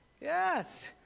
Yes